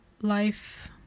life